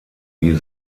wie